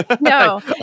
No